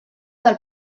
del